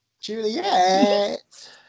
Juliet